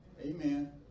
Amen